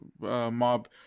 mob